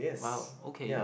!wow! okay